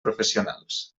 professionals